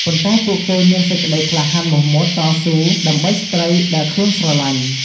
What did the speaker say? ប៉ុន្ដែពួកគេមានសេចក្ដីក្លាហានមោះមុតស៊ូដើម្បីស្រ្តីដែលខ្លួន ស្រឡាញ់។